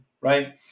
right